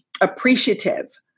appreciative